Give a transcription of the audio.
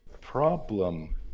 problem